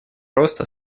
роста